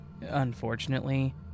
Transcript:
Unfortunately